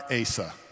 Asa